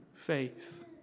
faith